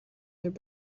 their